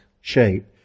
shape